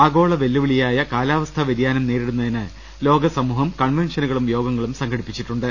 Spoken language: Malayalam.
ആഗോള വെല്ലുവിളിയായ കാലാവസ്ഥാ വൃതിയാനം നേരി ടുന്നതിന് ലോകസമൂഹം കൺവെൻഷനുകളും യോഗങ്ങളും സംഘടിപ്പിച്ചിട്ടുണ്ട്